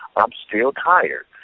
i'm still tired.